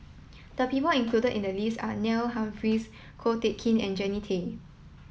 the people included in the list are Neil Humphreys Ko Teck Kin and Jannie Tay